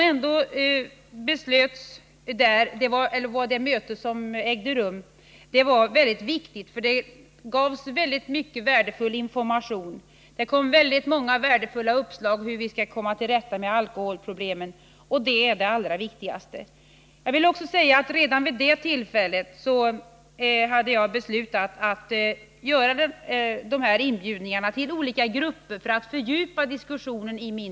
Mötet var emellertid mycket viktigt, eftersom det gav synnerligen värdefull information. Det presenterades många värdefulla uppslag om hur vi skall kunna komma till rätta med alkoholproblemen, och det är det viktigaste. Redan vid detta tillfälle hade jag beslutat att inbjuda olika rörelser för att man i mindre grupper skall kunna fördjupa diskussionen.